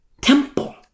temple